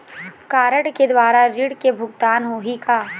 Card के द्वारा ऋण के भुगतान होही का?